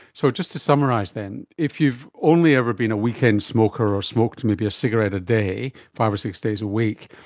so, just to summarise then, if you've only ever been a weekend smoker or smoked maybe a cigarette a day, five or six days a week,